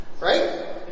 Right